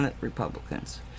Republicans